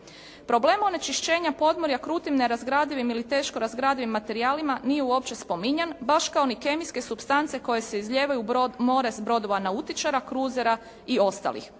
Problem onečišćenja podmorja krutim nerazgradivim ili teško razgradivim materijalima nije uopće spominjan baš kao ni kemijske supstance koje se izlijevaju u more s brodova nautičara, kruzera i ostalih.